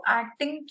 acting